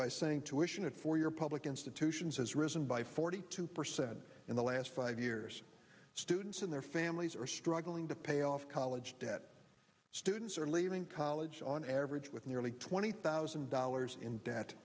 by saying to ition and for your public institutions has risen by forty two percent in the last five years students and their families are struggling to pay off college debt students are leaving college on average with nearly twenty thousand dollars in debt